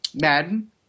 Madden